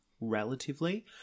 relatively